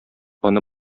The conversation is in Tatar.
аны